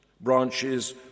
Branches